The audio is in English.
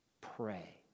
pray